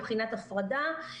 מבחינת הפרדה.